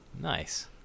Nice